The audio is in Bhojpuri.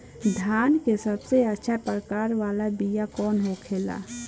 धान के सबसे अच्छा प्रकार वाला बीया कौन होखेला?